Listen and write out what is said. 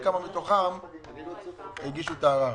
השאלה הבאה שלי אליך תהיה כמה מעסיקים הגישו וכמה מתוכם הגישו את הערר?